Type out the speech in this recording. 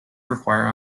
require